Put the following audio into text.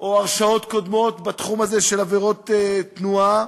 או הרשעות קודמות בתחום הזה של עבירות תנועה,